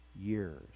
years